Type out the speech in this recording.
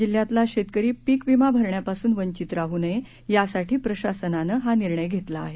जिल्ह्यातला शेतकरी पिक विमा भरण्यापासून वंचित राहू नये यासाठी प्रशासनानं हा निर्णय घेतला आहे